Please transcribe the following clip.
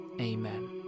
Amen